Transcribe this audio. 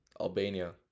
Albania